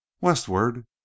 westward